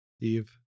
Eve